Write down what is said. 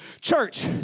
church